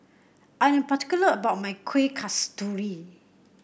I am particular about my Kuih Kasturi